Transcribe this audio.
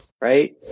right